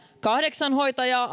kahdeksan hoitajaa